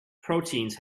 proteins